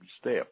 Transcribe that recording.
step